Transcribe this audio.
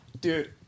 Dude